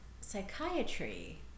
psychiatry